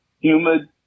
humid